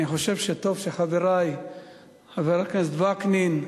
אני חושב שטוב שחברי חבר הכנסת וקנין,